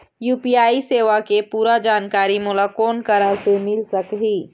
UPI सेवा के पूरा जानकारी मोला कोन करा से मिल सकही?